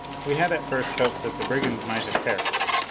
we had at first hoped that the brigands might have perished.